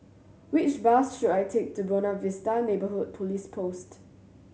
which bus should I take to Buona Vista Neighbourhood Police Post